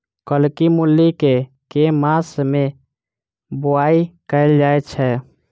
कत्की मूली केँ के मास मे बोवाई कैल जाएँ छैय?